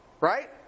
Right